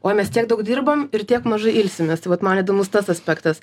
oi mes tiek daug dirbam ir tiek mažai ilsimės tai vat man įdomus tas aspektas